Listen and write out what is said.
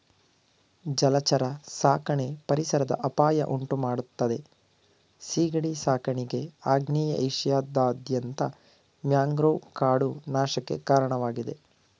ಜಲಚರ ಸಾಕಣೆ ಪರಿಸರದ ಅಪಾಯ ಉಂಟುಮಾಡ್ತದೆ ಸೀಗಡಿ ಸಾಕಾಣಿಕೆ ಆಗ್ನೇಯ ಏಷ್ಯಾದಾದ್ಯಂತ ಮ್ಯಾಂಗ್ರೋವ್ ಕಾಡು ನಾಶಕ್ಕೆ ಕಾರಣವಾಗಿದೆ